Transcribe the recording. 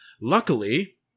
Luckily